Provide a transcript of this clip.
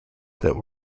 that